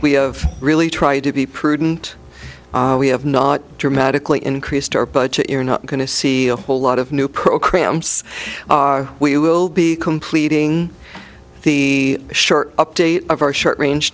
we have really tried to be prudent we have not dramatically increased our budget you're not going to see a whole lot of new programs we will be completing the short update of our short range